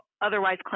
otherwise